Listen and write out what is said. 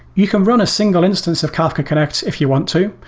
you can run a single instance of kafka connect if you want to.